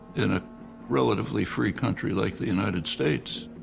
in a relatively free country like the united states,